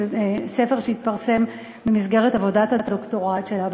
זה ספר שהתפרסם במסגרת עבודת הדוקטורט שלה.